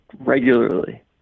regularly